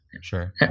Sure